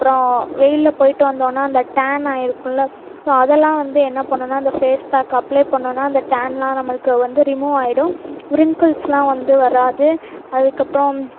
அப்புறம் வெயிலில் போயிவிட்டு வந்தோம்ன்னா அந்த டேன் ஆயிருக்கும்ல அதெல்லாம் வந்து என்ன பண்ணும்னா அந்த ஃபேஸ்பேக் அப்ளை பண்ணோம்னா அந்த டேன்லாம் நம்மளுக்கு வந்து ரிமுவ் ஆயிடும் ரிங்குல்ஸ்லாம் வந்து வராது அதுக்கப்புறம்